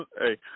Hey